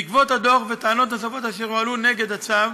בעקבות הדוח וטענות נוספות אשר הועלו נגד הצו,